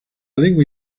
lengua